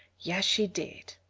yes, she did,